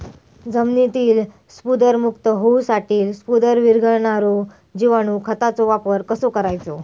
जमिनीतील स्फुदरमुक्त होऊसाठीक स्फुदर वीरघळनारो जिवाणू खताचो वापर कसो करायचो?